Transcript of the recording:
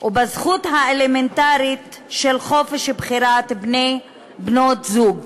ובזכות האלמנטרית של חופש בחירת בני-זוג ובנות-זוג.